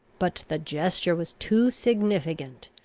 but the gesture was too significant.